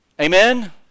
Amen